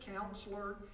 Counselor